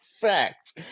Facts